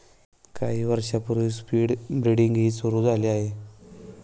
काही वर्षांपूर्वी स्पीड ब्रीडिंगही सुरू झाले आहे